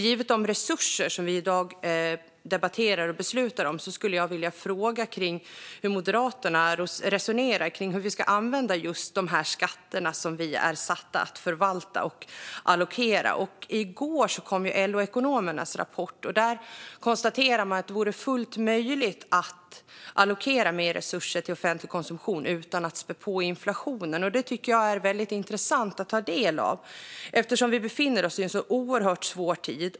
Givet de resurser som vi i dag debatterar och kommer att besluta om skulle jag vilja fråga hur Moderaterna resonerar om hur vi ska använda de skatter vi är satta att förvalta och allokera. I går kom LO-ekonomernas rapport. Där konstaterar man att det vore fullt möjligt att allokera mer resurser till offentlig konsumtion utan att spä på inflationen. Det tycker jag är väldigt intressant att ta del av. Vi befinner oss i en så oerhört svår tid.